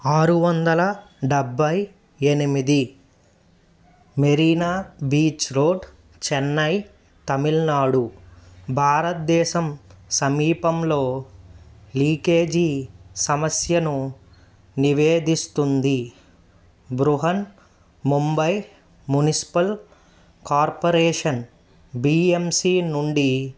ఆరు వందల డెబ్బై ఎనిమిది Marina beach road Chennai Tamil Nadu భారతదేశం సమీపంలో లీకేజీ సమస్యను నివేదిస్తుంది Brihan Mumbai municipal corporation B M C నుండి